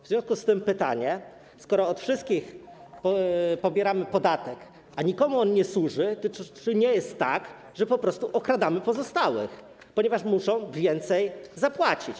W związku z tym pytanie: Skoro od wszystkich pobieramy podatek, a nikomu on nie służy, to czy nie jest tak, że po prostu okradamy pozostałych, ponieważ muszą więcej zapłacić?